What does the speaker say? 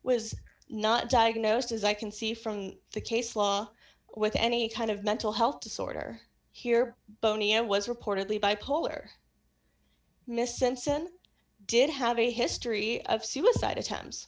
was not diagnosed as i can see from the case law with any kind of mental health disorder here boney m was reportedly bipolar miss sense and did have a history of suicide at